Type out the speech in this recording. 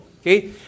Okay